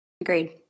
Agreed